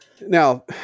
now –